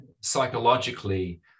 psychologically